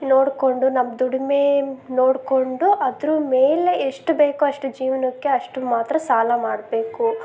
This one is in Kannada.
ನೋಡಿಕೊಂಡು ನಮ್ಮ ದುಡಿಮೆ ನೋಡಿಕೊಂಡು ಅದ್ರ ಮೇಲೆ ಎಷ್ಟು ಬೇಕೋ ಅಷ್ಟು ಜೀವನಕ್ಕೆ ಅಷ್ಟನ್ನ ಮಾತ್ರ ಸಾಲ ಮಾಡಬೇಕು